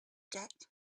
debt